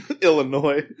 Illinois